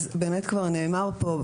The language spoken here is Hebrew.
באמת כבר נאמר פה,